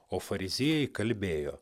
o fariziejai kalbėjo